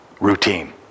routine